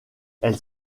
elle